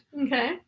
Okay